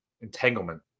entanglement